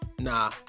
Nah